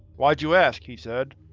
why'd you ask, he said,